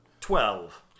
Twelve